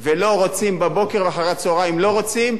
ולא רוצים בבוקר ואחר-הצהריים לא רוצים,